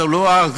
זו לא הגזמה,